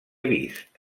vist